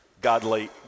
godly